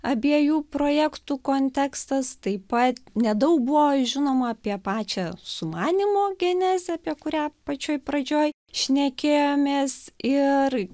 abiejų projektų kontekstas taip pat nedaug buvo žinoma apie pačią sumanymo genezę apie kurią pačioj pradžioj šnekėjomės ir